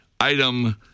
item